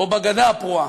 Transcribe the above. או בגדה הפרועה.